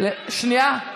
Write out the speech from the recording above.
שנייה.